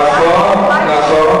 נכון.